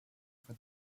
for